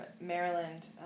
Maryland